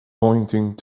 pointing